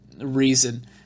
reason